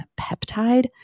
peptide